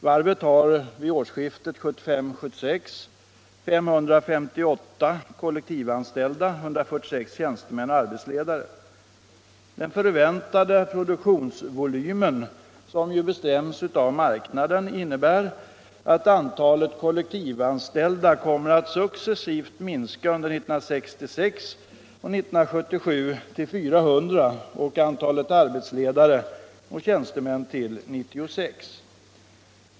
Varvet hade vid årsskiftet 1975-1976 558 kollektivanställda och 146 tjänstemän och arbetsledare. Den förväntade produktionsvolymen, som ju bestäms av marknaden, innebär att antalet kollektivanställda kommer att successivt minska under 1976 och 1977 till 400 och antalet arbetsledare och tjänstemän till 96.